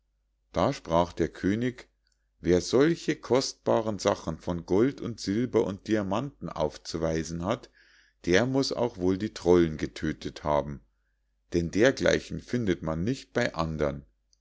da sprach der könig wer solche kostbare sachen von gold und silber und diamanten aufzuweisen hat der muß auch wohl die trollen getödtet haben denn dergleichen findet man nicht bei andern